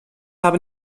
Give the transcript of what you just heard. habe